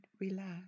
relax